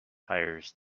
hires